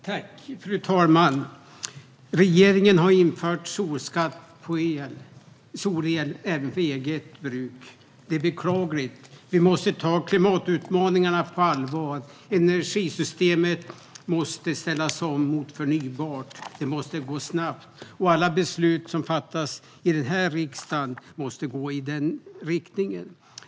Fru talman! Regeringen har infört skatt även på solel för eget bruk. Det är beklagligt. Vi måste ta klimatutmaningarna på allvar. Energisystemet måste ställas om mot förnybart. Det måste gå snabbt, och alla beslut som fattas i denna riksdag måste gå i den riktningen.